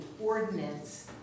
ordinance